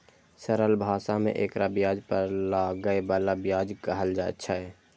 सरल भाषा मे एकरा ब्याज पर लागै बला ब्याज कहल छै